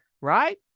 right